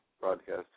broadcast